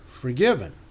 forgiven